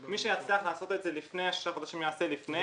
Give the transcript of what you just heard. מי שהצליח לעשות את זה לפני השישה חודשים יעשה לפני,